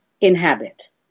inhabit